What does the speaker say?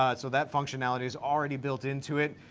ah so that functionality is already built into it.